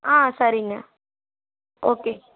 ஆ சரிங்க ஓகே